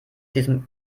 diesem